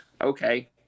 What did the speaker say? okay